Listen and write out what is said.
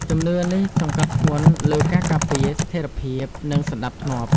ជំនឿនេះសង្កត់ធ្ងន់លើការការពារ ស្ថិរភាព និងសណ្ដាប់ធ្នាប់។